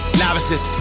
novices